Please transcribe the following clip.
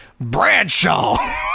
Bradshaw